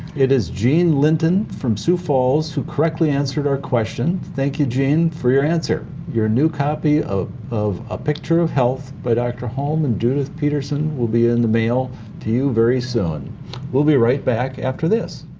it is gene linton from sioux falls who correctly answered our question. thank you, jean, for your answer. your new copy of of a picture of health by dr. holm and judith peterson will be in the mail to you soon. we'll be right back after this.